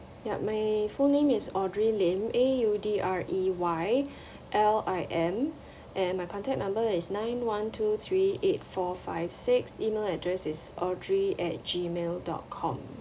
yup my full name is audrey lim A U D R E Y L I M and my contact number is nine one two three eight four five six email address is audrey at G mail dot com